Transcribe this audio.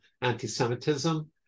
anti-Semitism